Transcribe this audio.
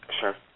Sure